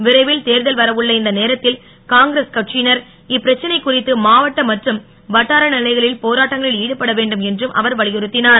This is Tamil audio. விரைவில் தேர்தல் வர உள்ள இந்த நேரத்தில் காங்கிரஸ் கட்சியினர் இப்பிரச்சனை குறித்து மாவட்ட மற்றும் வட்டார நிலைகளில் போராட்டங்களில் ஈடுபட வேண்டும் என்றும் அவர் வலியுறுத்தினார்